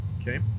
okay